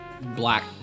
black